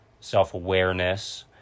self-awareness